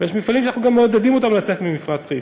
יש מפעלים שאנחנו גם מעודדים אותם לצאת ממפרץ חיפה,